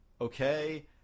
okay